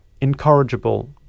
incorrigible